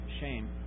shame